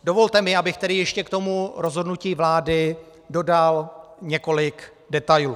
Dovolte mi, abych tedy ještě k tomu rozhodnutí vlády dodal několik detailů.